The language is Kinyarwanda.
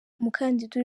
umukandida